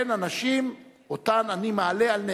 הן הנשים שאותן אני מעלה על נס,